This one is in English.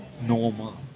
normal